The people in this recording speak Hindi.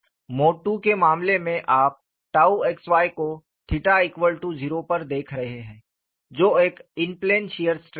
मोड II के मामले में आप टाउ xy को 0 पर देख रहे हैं जो एक इन प्लेन शीयर स्ट्रेस है